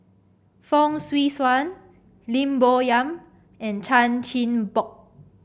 Fong Swee Suan Lim Bo Yam and Chan Chin Bock